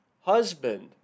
Husband